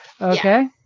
okay